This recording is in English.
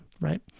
right